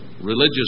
religious